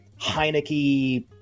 Heineke